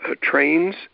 trains